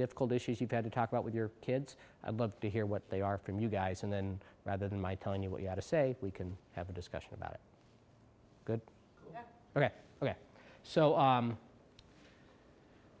difficult issues you've had to talk about with your kids i'd love to hear what they are from you guys and then rather than my telling you what you have to say we can have a discussion about it good ok so